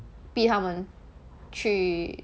逼他们去